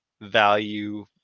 value